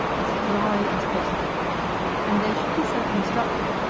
as dry as possible and they should be so constructed,